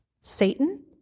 Satan